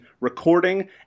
recording